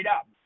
up